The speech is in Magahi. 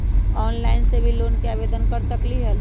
ऑनलाइन से भी लोन के आवेदन कर सकलीहल?